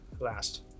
last